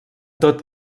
tot